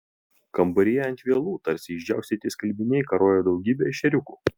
kambaryje ant vielų tarsi išdžiaustyti skalbiniai karojo daugybė ešeriukų